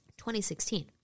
2016